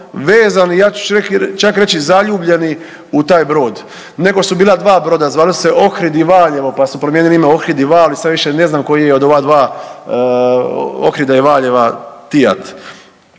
vezani ja ću čak reći zaljubljeni u taj brod. Nekoć su bila 2 broda, zvali su se Ohrid i Valjevo, pa su promijenili ime Ohrid i Vali sad više ne znam koji je od ova 2 Ohrida i Valjeva Tijat.